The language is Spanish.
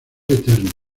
eterno